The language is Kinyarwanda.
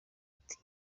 ati